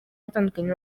atandukanye